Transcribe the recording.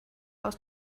aus